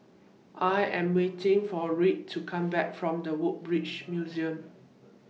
I Am waiting For Rhett to Come Back from The Woodbridge Museum